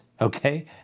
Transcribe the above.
okay